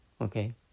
Okay